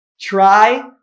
try